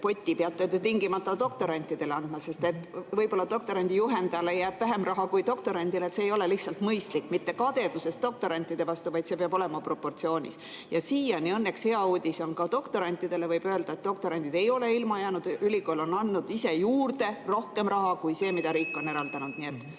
poti peate te tingimata doktorantidele andma. Sest võib-olla doktorandi juhendajale jääb vähem raha, kui doktorant saab, aga see ei ole lihtsalt mõistlik. Mitte kadedusest doktorantide vastu, vaid see peab olema proportsioonis. Siiani õnneks on hea uudis ka doktorantidele: võib öelda, et doktorandid ei ole ilma jäänud, ülikool on ise andnud juurde rohkem raha kui see, mida riik on eraldanud.